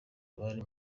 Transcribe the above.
abari